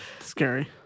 scary